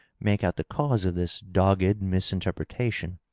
make out the cause of this dogged misinterpretation.